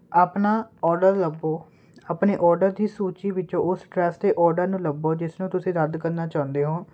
ਆਪਣਾ ਓਡਰ ਲੱਭੋ ਆਪਣੇ ਓਡਰ ਦੀ ਸੂਚੀ ਵਿੱਚੋਂ ਉਸ ਡਰੈਸ ਦੇ ਓਡਰ ਨੂੰ ਲੱਭੋ ਜਿਸ ਨੂੰ ਤੁਸੀਂ ਰੱਦ ਕਰਨਾ ਚਾਹੁੰਦੇ ਹੋਂ